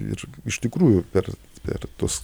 ir iš tikrųjų per per tus